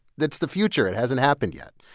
that's the future. it hasn't happened yet.